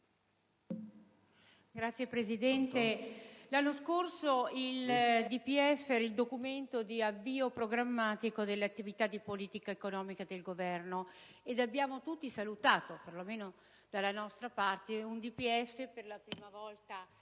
Signor Presidente, l'anno scorso il DPEF era il documento di avvio programmatico dell'attività di politica economica del Governo e abbiamo tutti salutato, per lo meno dalla mia parte politica, un DPEF per la prima volta